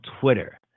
Twitter